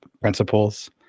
principles